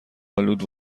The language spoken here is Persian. آلود